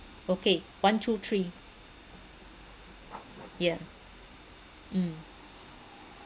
okay one two three yeah mm